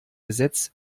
gesetz